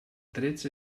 trets